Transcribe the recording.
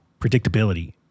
predictability